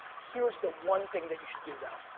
here's the one thing that you should do though.